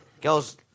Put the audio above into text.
girls